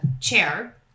chair